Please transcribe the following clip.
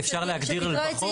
אפשר להגדיר בחוק.